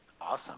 Awesome